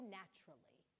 naturally